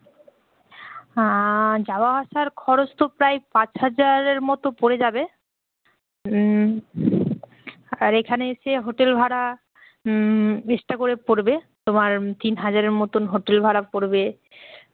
যাওয়া আসার খরচ তো প্রায় পাঁচ হাজারের মতো পড়ে যাবে হুম আর এখানে এসে হোটেল ভাড়া এক্সট্রা করে পড়বে তোমার তিন হাজারের মতন হোটেল ভাড়া পড়বে